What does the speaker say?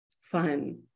fun